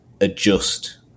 adjust